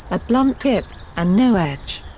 a blunt tip, and no edge.